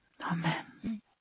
Amen